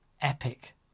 epic